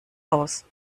aus